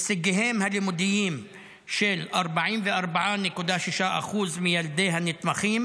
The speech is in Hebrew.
הישגיהם הלימודיים של 44.6% מילדי הנתמכים